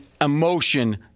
emotion